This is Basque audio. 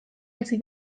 bizi